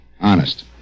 Honest